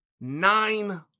nine